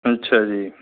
अच्छा जी